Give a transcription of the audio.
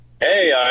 Hey